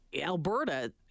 Alberta